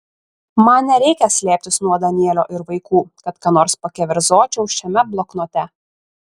man nereikia slėptis nuo danielio ir vaikų kad ką nors pakeverzočiau šiame bloknote